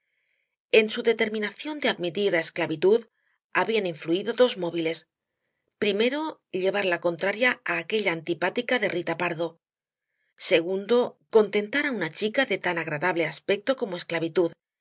en su determinación de admitir á esclavitud habían influido dos móviles primero llevar la contraria á aquella antipática de rita pardo segundo contentar á una chica de tan agradable aspecto como esclavitud